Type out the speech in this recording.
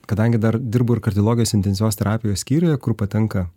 kadangi dar dirbu ir kardiologijos intensyvios terapijos skyriuje kur patenka